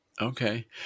Okay